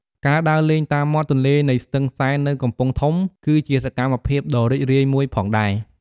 ការដើរលេងតាមមាត់ទន្លេនៃស្ទឹងសែននៅកំពង់ធំគឺជាសកម្មភាពដ៏រីករាយមួយផងដែរ។